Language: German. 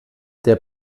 der